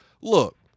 Look